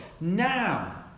now